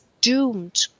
doomed